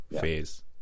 phase